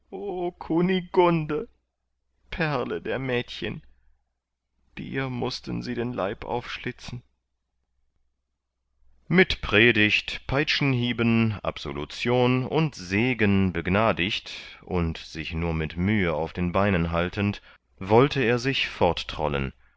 kunigunde perle der mädchen dir mußten sie den leib aufschlitzen mit predigt peitschenhieben absolution und segen begnadigt und sich nur mit mühe auf den beinen haltend wollte er sich